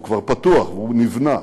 הוא כבר פתוח והוא נבנה,